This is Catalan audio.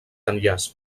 enllaç